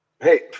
Hey